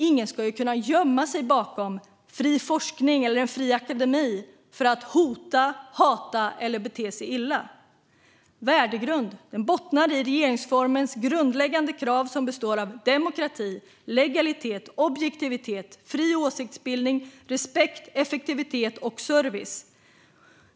Ingen ska kunna gömma sig bakom fri forskning eller en fri akademi för att hota, hata eller bete sig illa. Värdegrunden bottnar i regeringsformens grundläggande krav: demokrati, legalitet, objektivitet, fri åsiktsbildning, respekt, effektivitet och service.